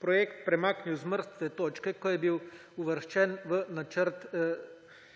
projekt premaknil z mrtve točke, ko je bil uvrščen v Načrt